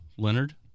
Leonard